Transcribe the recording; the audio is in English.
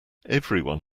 everyone